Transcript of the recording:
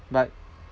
but